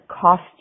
cost